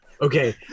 Okay